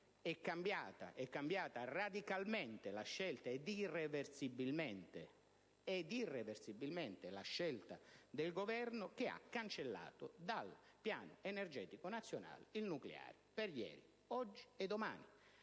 è cambiata radicalmente ed irreversibilmente la scelta del Governo che ha cancellato dal piano energetico nazionale il nucleare per ieri, oggi e domani.